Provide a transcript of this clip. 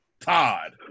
Todd